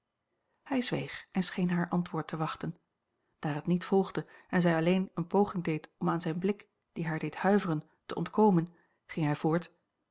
hij zweeg en scheen haar antwoord te wachten daar het niet volgde en zij alleen eene poging deed om aan zijn blik die haar deed huiveren te ontkomen ging hij voort